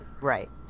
right